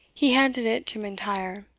he handed it to mlntyre.